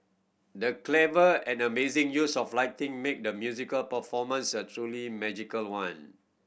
the clever and amazing use of lighting made the musical performance a truly magical one